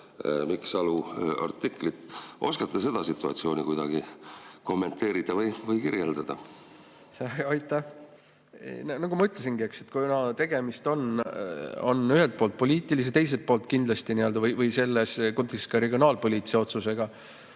Mikk Salu artiklit. Oskate seda situatsiooni kuidagi kommenteerida või kirjeldada? Aitäh! Nagu ma ütlesin, kui tegemist on ühelt poolt poliitilise, teiselt poolt kindlasti selles kontekstis ka regionaalpoliitilise otsusega,